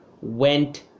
went